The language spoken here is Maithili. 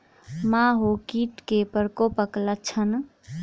माहो कीट केँ प्रकोपक लक्षण?